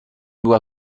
była